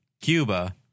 Cuba